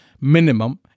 minimum